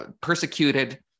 persecuted